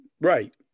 right